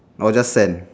or just sand